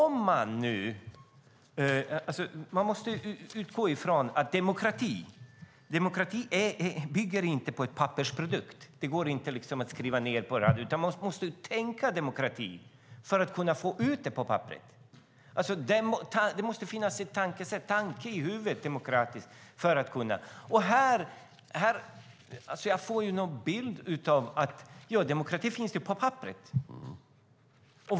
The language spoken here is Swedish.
Man måste utgå från att demokrati inte bygger på en pappersprodukt. Det går inte att bara skriva ned, utan man måste tänka demokrati för att kunna få ut det på papperet. Det måste finnas ett demokratiskt tankesätt i huvudet. Jag får en bild av att man tänker: Demokrati finns ju på papperet.